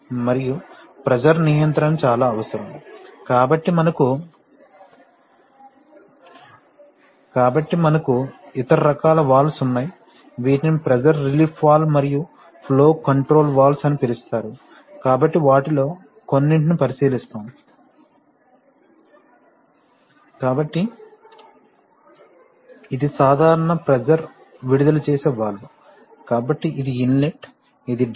మరియు ప్రెషర్ నియంత్రణ చాలా అవసరం కాబట్టి మనకు ఇతర రకాల వాల్వ్స్ ఉన్నాయి వీటిని ప్రెషర్ రిలీఫ్ వాల్వ్స్ మరియు ఫ్లో కంట్రోల్ వాల్వ్స్ అని పిలుస్తారు కాబట్టి వాటిలో కొన్నింటిని పరిశీలిస్తాము కాబట్టి ఇది సాధారణ ప్రెషర్ విడుదల చేసే వాల్వ్ కాబట్టి ఇది ఇన్లెట్ ఇది డ్రైన్